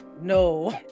No